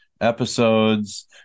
episodes